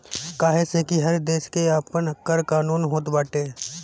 काहे से कि हर देस के आपन कर कानून होत बाटे